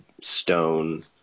stone